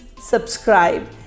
subscribe